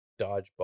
Dodgeball